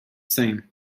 same